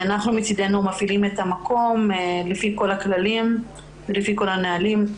אנחנו מצדנו מפעילים את המקום לפי כל הכללים ולפי כל הנהלים.